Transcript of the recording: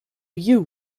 you